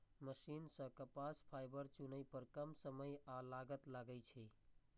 machine सं कपास fibre चुनै पर कम समय आ लागत लागै छै